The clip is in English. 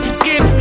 skin